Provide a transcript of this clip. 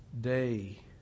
day